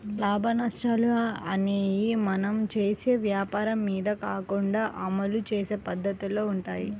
లాభనష్టాలు అనేయ్యి మనం చేసే వ్వాపారం మీద కాకుండా అమలు చేసే పద్దతిలో వుంటయ్యి